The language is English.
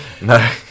No